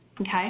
okay